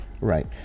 Right